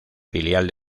filial